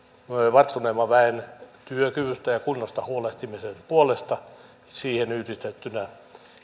varttuneemman väen työkyvystä ja ja kunnosta huolehtimisen puolesta yhdistettynä